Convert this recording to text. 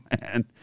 man